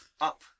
up